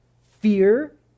Fear